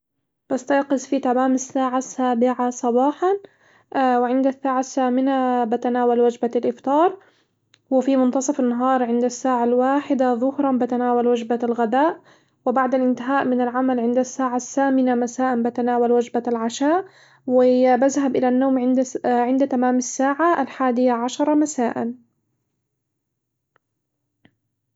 بستيقظ في تمام الساعة السابعة صباحًا، وعند الساعة الثامنة بتناول وجبة الإفطار، وفي منتصف النهار عند الساعة الواحدة ظهرًا بتناول وجبة الغداء، وبعد الانتهاء من العمل عند الساعة الثامنة مساء بتناول وجبة العشاء و بذهب إلى النوم عند الس- عند تمام الساعة الحادية عشرة مساء.